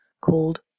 called